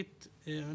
ברמלה וגם בבאר שבע.